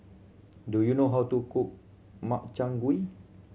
do you know how to cook Makchang Gui